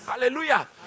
Hallelujah